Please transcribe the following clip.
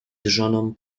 żoną